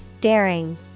daring